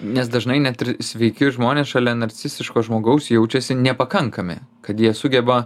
nes dažnai net ir sveiki žmonės šalia narcisistiško žmogaus jaučiasi nepakankami kad jie sugeba